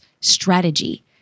strategy